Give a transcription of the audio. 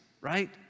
Right